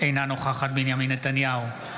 אינה נוכחת בנימין נתניהו,